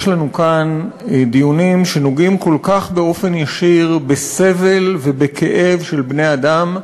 יש לנו כאן דיונים שנוגעים באופן ישיר כל כך בסבל ובכאב של בני-אדם,